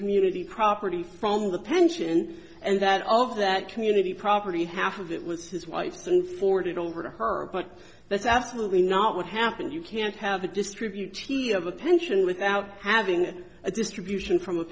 community property from the pension and that all of that community property half of that was his wife's and forwarded over to her but that's absolutely not what happened you can't have the distribute she have a pension without having a distribution from a